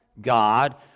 God